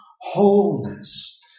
Wholeness